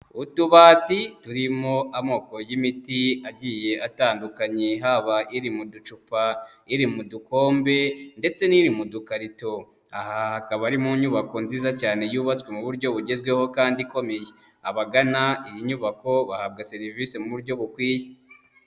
Utubati turimo amoko y'imiti agiye atandukanye haba iri mu ducupa, iri mu dukombe ndetse n'iri mu dukarito, aha hakaba ari mu nyubako nziza cyane yubatswe mu buryo bugezweho kandi ikomeye, abagana iyi nyubako bahabwa serivise mu buryo bukwiye.